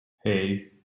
hey